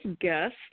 guest